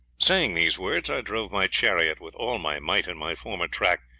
saying these words, i drove my chariot with all my might in my former track,